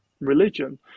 religion